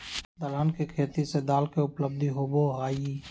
दलहन के खेती से दाल के उपलब्धि होबा हई